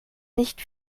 nicht